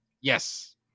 Yes